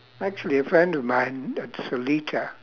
actually a friend of mine at seletar